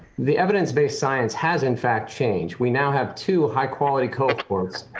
the evidence-based science has in fact changed. we now have two high quality cohorts.